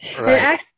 Right